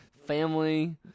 Family